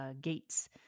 Gates